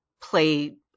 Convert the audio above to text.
play